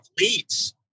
leads